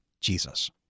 Jesus